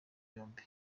byombi